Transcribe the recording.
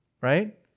right